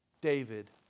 David